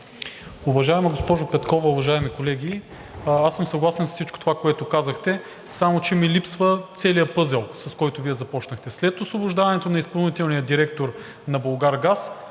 Уважаема госпожо Петкова, уважаеми колеги! Съгласен съм с всичко това, което казахте, само че ми липсва целият пъзел, с който Вие започнахте. След освобождаването на изпълнителния директор на „Булгаргаз“